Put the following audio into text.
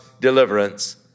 deliverance